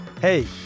Hey